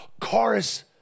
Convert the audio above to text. chorus